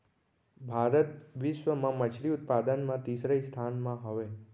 भारत बिश्व मा मच्छरी उत्पादन मा तीसरा स्थान मा हवे